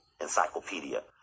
encyclopedia